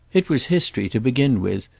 it was history, to begin with,